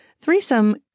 threesome